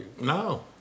no